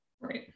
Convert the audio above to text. right